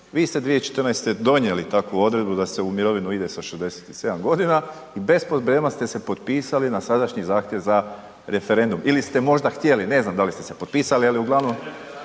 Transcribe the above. vi ste 2014. donijeli takvu odredbu da se u mirovinu ide sa 67 godina i bez problema ste se potpisali na sadašnji zahtjev za referendum. Ili ste možda htjeli, ne znam da li ste se potpisali ali uglavnom